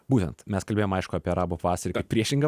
būtent mes kalbėjom aišku apie arabų pavasarį kaip priešingą